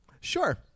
Sure